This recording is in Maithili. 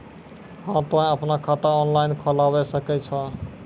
हाँ तोय आपनो खाता ऑनलाइन खोलावे सकै छौ?